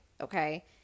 okay